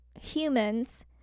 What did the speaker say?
humans